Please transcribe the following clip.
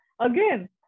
again